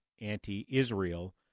Anti-Israel